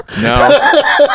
no